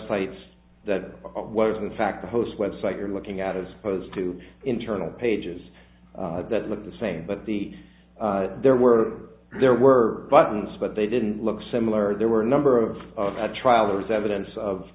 sites that was in fact the host web site you're looking at as opposed to internal pages that looked the same but the there were there were buttons but they didn't look similar there were a number of trial there was evidence of